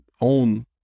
own